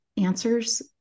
Answers